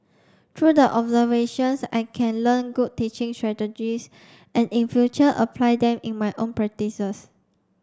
through the observations I can learn good teaching strategies and in future apply them in my own practices